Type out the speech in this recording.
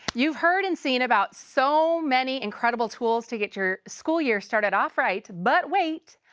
you've heard and seen about so many incredible tools to get your school year started off right, but wait,